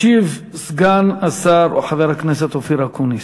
ישיב סגן השר, חבר הכנסת אופיר אקוניס.